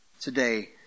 today